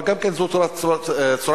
אבל זה גם צורת חישוב: